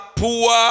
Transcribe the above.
poor